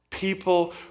People